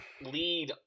lead